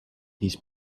his